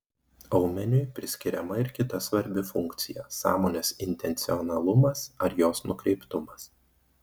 aumeniui priskiriama ir kita svarbi funkcija sąmonės intencionalumas ar jos nukreiptumas